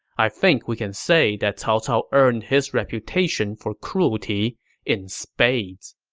i think we can say that cao cao earned his reputation for cruelty in spades